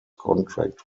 contract